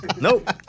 Nope